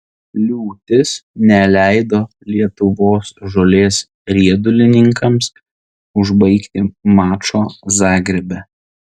liūtis neleido lietuvos žolės riedulininkams užbaigti mačo zagrebe